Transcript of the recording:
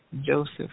Joseph